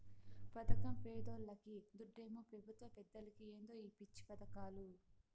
పదకం పేదోల్లకి, దుడ్డేమో పెబుత్వ పెద్దలకి ఏందో ఈ పిచ్చి పదకాలు